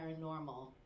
paranormal